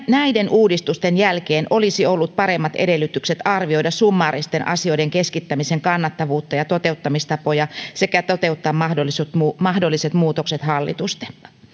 näiden uudistusten jälkeen olisi ollut paremmat edellytykset arvioida summaaristen asioiden keskittämisen kannattavuutta ja toteuttamistapoja sekä toteuttaa mahdolliset muutokset hallitusti